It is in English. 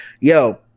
yo